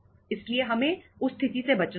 इसलिए हमें उस स्थिति से बचना होगा